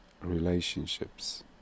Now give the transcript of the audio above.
relationships